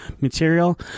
material